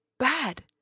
bad